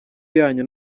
yanyu